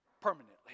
permanently